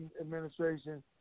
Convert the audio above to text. administration